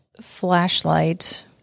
flashlight